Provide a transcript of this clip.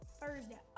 Thursday